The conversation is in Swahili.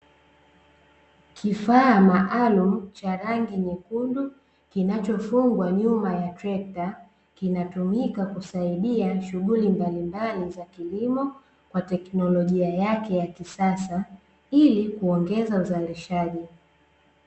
Kifaa maalumu cha rangi nyekundu, kinachofungwa nyuma ya trekta, kinatumika kusaidia shughuli mbalimbali za kilimo, kwa teknolojia yake ya kisasa, ili kuongeza uzalishaji.